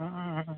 ᱦᱮᱸ